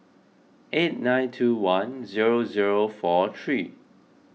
eight nine two one zero zero four three